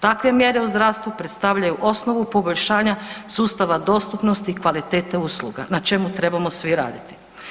Takve mjere u zdravstvu predstavljaju osnovu poboljšanja sustava dostupnosti i kvalitete usluga na čemu trebamo svi raditi.